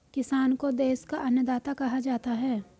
किसान को देश का अन्नदाता कहा जाता है